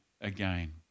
again